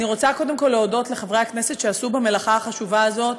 אני רוצה קודם כול להודות לחברי הכנסת שעשו במלאכה החשובה הזאת: